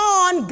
on